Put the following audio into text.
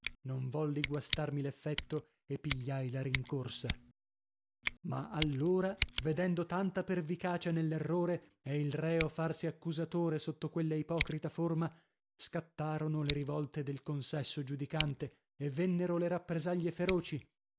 non volli guastarmi l'effetto e pigliai la rincorsa ma allora vedendo tanta pervicacia nell'errore e il reo farsi accusatore sotto quella ipocrita forma scattarono le rivolte del consesso giudicante e vennero le rappresaglie feroci